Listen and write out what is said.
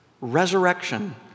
resurrection